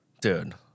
Dude